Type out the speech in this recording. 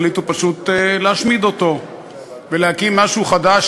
החליטו פשוט להשמיד אותו ולהקים משהו חדש,